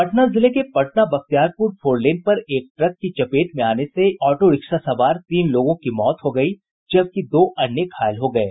पटना जिले के पटना बख्तियारपुर फोरलेन पर एक ट्रक की चपेट में आने से ऑटो रिक्शा सवार तीन लोगों की मौत हो गयी जबकि दो अन्य घायल हो गये